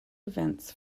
events